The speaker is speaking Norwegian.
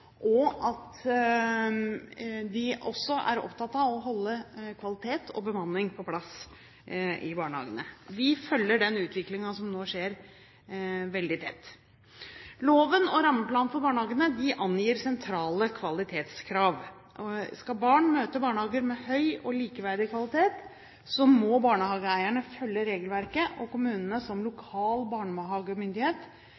og at de også er opptatt av å holde kvalitet og bemanning på plass i barnehagene. Vi følger den utviklingen som nå skjer, veldig tett. Loven og rammeplanen for barnehagene angir sentrale kvalitetskrav. Skal barn møte barnehager med høy og likeverdig kvalitet må barnehageeierne følge regelverket, og kommunene som